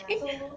eh